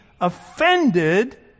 offended